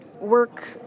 work